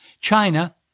China